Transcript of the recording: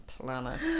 planet